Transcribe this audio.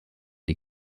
die